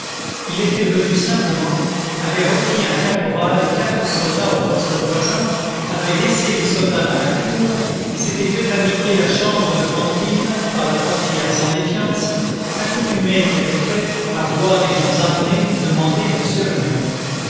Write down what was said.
il était venu simplement avait requis un caporal et quatre soldats au poste voisin avait laissé les soldats dans la cour et s'était fait indiquer la chambre de fantine par la portière sans défiance accoutumée qu'elle était à voir des gens armés demander monsieur le maire